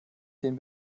den